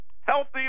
Healthy